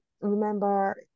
remember